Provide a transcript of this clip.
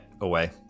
away